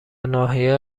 ناحیه